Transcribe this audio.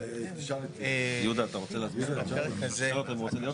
משרד האוצר ויושב ראש המועצה הארצית.